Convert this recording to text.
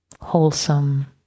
wholesome